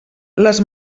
les